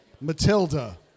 Matilda